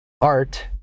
art